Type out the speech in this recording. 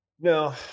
No